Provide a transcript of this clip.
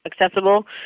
accessible